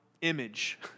image